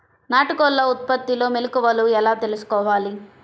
నాటుకోళ్ల ఉత్పత్తిలో మెలుకువలు ఎలా తెలుసుకోవాలి?